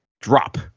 drop